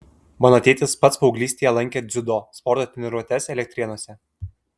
mano tėtis pats paauglystėje lankė dziudo sporto treniruotes elektrėnuose